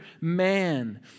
man